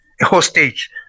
hostage